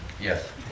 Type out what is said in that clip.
Yes